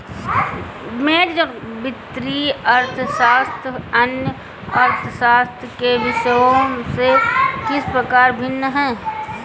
वित्तीय अर्थशास्त्र अन्य अर्थशास्त्र के विषयों से किस प्रकार भिन्न है?